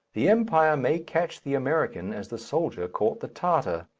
the empire may catch the american as the soldier caught the tartar.